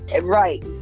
right